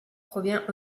provient